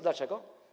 Dlaczego?